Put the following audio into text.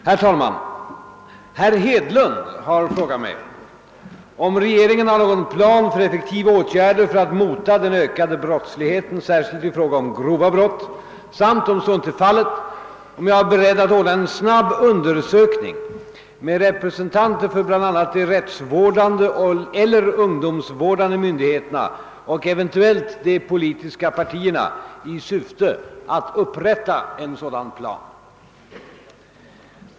Herr talman! Herr Hedlund har frågat mig om regeringen har någon plan för effektiva åtgärder för att mota den ökade brottsligheten, särskilt i fråga om grova brott, samt, om så inte är fallet, om jag är beredd att ordna en snabb undersökning med representanter för bl.a. de rättsvårdande eller ungdomsvårdande myndigheterna och eventuellt de politiska partierna i syfte att upprätta en sådan plan.